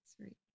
right